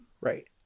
Right